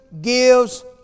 gives